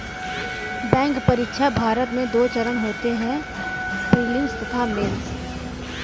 bank परीक्षा, भारत में दो चरण होते हैं प्रीलिम्स तथा मेंस